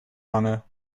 hangen